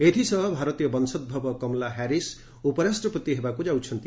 ଏଥିସହ ଭାରତୀୟ ବଂଶୋଭବ କମଳା ହାରିଶ୍ ଉପରାଷ୍ଟ୍ରପତି ହେବାକୁ ଯାଉଛନ୍ତି